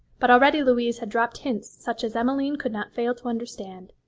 but already louise had dropped hints such as emmeline could not fail to understand,